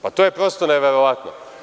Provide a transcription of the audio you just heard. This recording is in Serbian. Pa, to je prosto neverovatno.